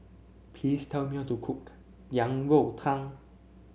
please tell me how to cook Yang Rou Tang